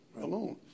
alone